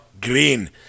green